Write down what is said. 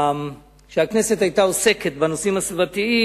כשהכנסת היתה עוסקת בנושאים הסביבתיים,